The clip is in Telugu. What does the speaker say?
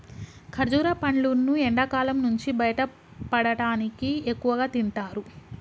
ఖర్జుర పండ్లును ఎండకాలం నుంచి బయటపడటానికి ఎక్కువగా తింటారు